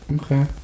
Okay